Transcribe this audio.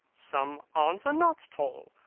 some aunts are not tall.